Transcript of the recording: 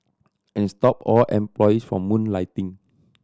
and stop all employees from moonlighting